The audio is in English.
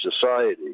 society